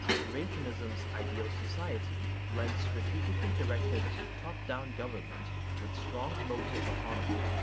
eurasianism's ideal society blends strategically-directed top-down government with strong local autonomy.